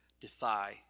defy